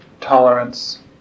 Tolerance